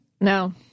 No